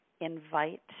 invite